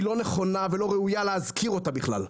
לא נכונה ולא ראוי להזכיר אותה בכלל.